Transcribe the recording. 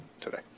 today